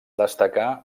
destacar